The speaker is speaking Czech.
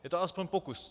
Je to alespoň pokus.